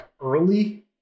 early